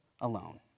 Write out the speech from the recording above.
alone